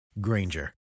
Granger